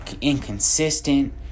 inconsistent